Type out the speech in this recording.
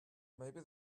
maybe